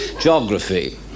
Geography